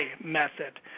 method